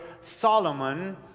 Solomon